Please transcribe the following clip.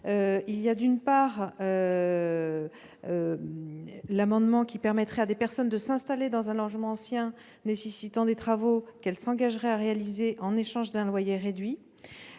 Il s'agit tout d'abord de permettre à des personnes de s'installer dans un logement ancien nécessitant des travaux qu'elles s'engageraient à réaliser en échange d'un loyer réduit.